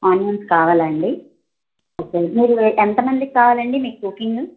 onions కావలా అండి okay మీరు ఎంతమందికి కావాలండి మీకు కుకింగు